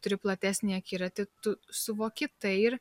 turi platesnį akiratį tu suvoki tai ir